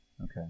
Okay